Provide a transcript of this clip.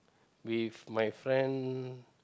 with my friend